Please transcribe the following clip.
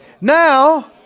now